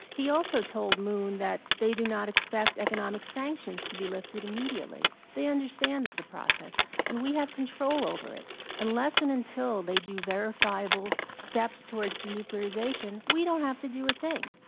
he also told moon that they do not expect economic sanctions to be lifted immediately. they understand it's a process and we have control over it. unless and until they do verifiable steps towards denuclearization we don't have to do a thing.